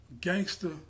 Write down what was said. gangster